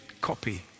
copy